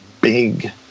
big